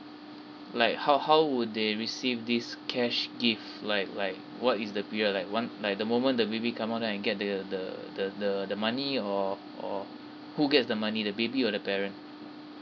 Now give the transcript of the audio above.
like how how would they receive this cash gift like like what is the period like want like the moment the baby come out then I get the the the the the money or or who gets the money the baby or the parent